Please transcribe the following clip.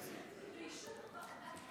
היא שנייה.